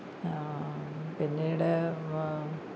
പിന്നീട് വ്